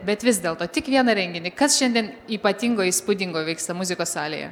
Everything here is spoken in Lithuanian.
bet vis dėlto tik vieną renginį kas šiandien ypatingo įspūdingo vyksta muzikos salėje